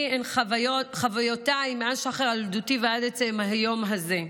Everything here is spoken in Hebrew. הוא חוויותיי מאז שחר ילדותי ועד עצם היום הזה.